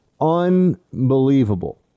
unbelievable